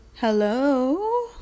Hello